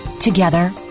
Together